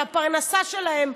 על הפרנסה שלהם,